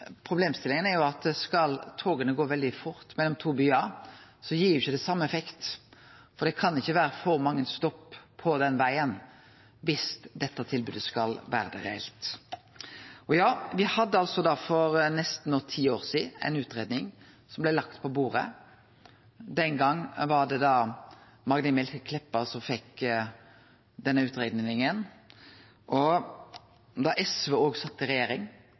at skal toga gå veldig fort mellom to byar, gir det ikkje same effekt dersom det er for mange stopp på den vegen. Det kan det ikkje vere dersom dette tilbodet skal vere reelt. Ja, me hadde for nesten ti år sidan ei utgreiing som blei lagd på bordet. Den gongen var det Magnhild Meltveit Kleppa som fekk utgreiinga, da SV òg sat i regjering,